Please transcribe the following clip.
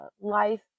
life